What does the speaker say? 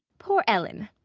poor ellen,